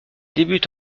débute